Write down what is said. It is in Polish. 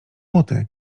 buty